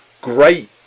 Great